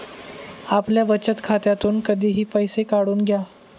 आपल्या बचत खात्यातून कधीही पैसे काढून घ्या